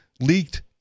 leaked